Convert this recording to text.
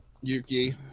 Yuki